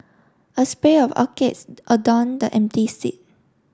a spell of orchids adorned the empty seat